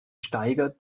steigert